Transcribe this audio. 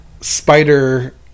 spider